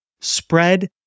spread